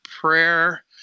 prayer